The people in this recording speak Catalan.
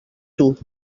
dur